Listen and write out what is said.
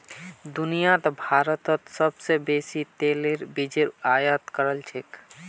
दुनियात भारतत सोबसे बेसी तेलेर बीजेर आयत कर छेक